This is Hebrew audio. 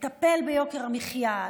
לטפל ביוקר המחיה,